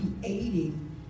creating